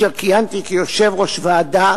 כיהנתי כיושב-ראש ועדה